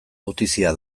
gutizia